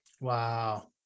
Wow